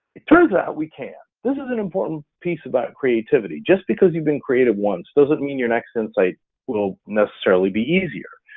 it turns out we can. this is an important piece about creativity. just because you've been creative once, doesn't mean your next insight will necessarily be easier.